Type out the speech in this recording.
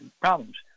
problems